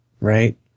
right